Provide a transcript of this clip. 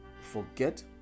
forget